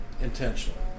intentionally